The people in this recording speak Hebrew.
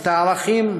את הערכים,